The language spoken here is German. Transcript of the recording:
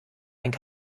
einen